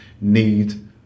need